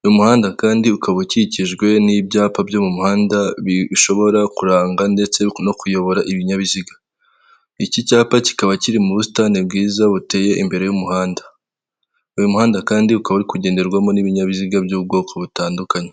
Uyu muhanda kandi ukaba ukikijwe n'ibyapa byo mu muhanda bishobora kuranga ndetse no kuyobora ibinyabiziga. Iki cyapa kikaba kiri mu busitani bwiza buteye imbere y'umuhanda. Uyu muhanda kandi ukaba uri kugenderwamo n'ibinyabiziga by'ubwoko butandukanye.